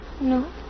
No